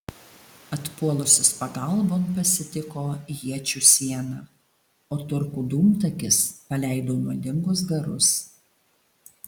atpuolusius pagalbon pasitiko iečių siena o turkų dūmtakis paleido nuodingus garus